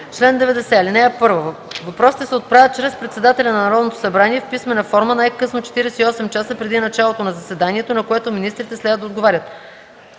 чл. 90: „Чл. 90. (1) Въпросите се отправят чрез председателя на Народното събрание в писмена форма най-късно 48 часа преди началото на заседанието, на което министрите следва да отговорят.